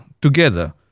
together